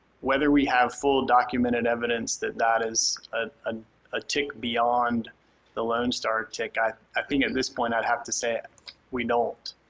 whether we have full documented evidence that that is a ah ah tick beyond the lone star tick. i think at this point i'd have to say we don't,